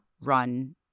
run